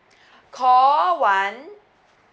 call one